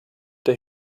der